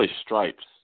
Stripes